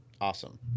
awesome